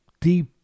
deep